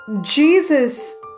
Jesus